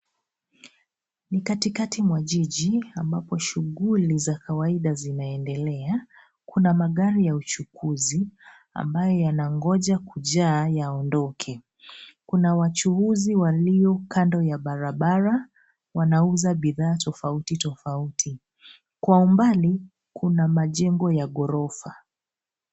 Ni katikati mwa jiji, ambapo shughuli za kawaida zinaendelea. Kuna magari ya uchukuzi ambayo yanangoja kujaa yaondoke. Kuna wachuuzi walio kando ya barabara, wanauza bidhaa tofauti tofauti. Kwa umbali, kuna majengo ya ghorofa.